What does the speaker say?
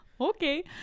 Okay